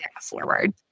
forward